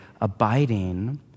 abiding